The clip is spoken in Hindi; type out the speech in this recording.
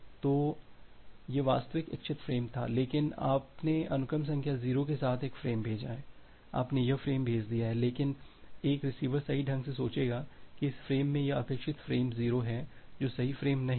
तो यह वास्तविक इच्छित फ़्रेम था लेकिन आपने अनुक्रम संख्या 0 के साथ एक फ़्रेम भेजा है आपने यह फ़्रेम भेज दिया है लेकिन एक रिसीवर सही ढंग से सोचेगा कि इस फ़्रेम में यह अपेक्षित फ़्रेम 0 है जो सही फ़्रेम नहीं है